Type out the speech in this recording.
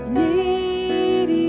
need